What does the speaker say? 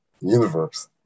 universe